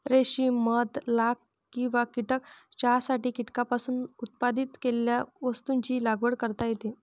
रेशीम मध लाख किंवा कीटक चहासाठी कीटकांपासून उत्पादित केलेल्या वस्तूंची लागवड करता येते